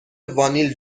وانیل